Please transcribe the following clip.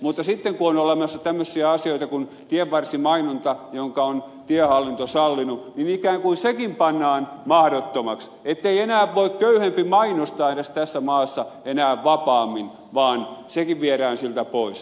mutta sitten kun on olemassa tämmöisiä asioita kuin tienvarsimainonta jonka on tiehallinto sallinut niin ikään kuin sekin pannaan mahdottomaksi ettei enää voi köyhempi mainostaa edes tässä maassa vapaammin vaan sekin viedään siltä pois